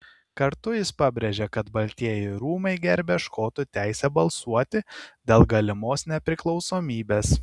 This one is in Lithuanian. kartu jis pabrėžė kad baltieji rūmai gerbia škotų teisę balsuoti dėl galimos nepriklausomybės